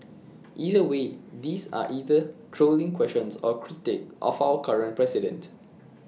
either way these are either trolling questions or A critique of our current president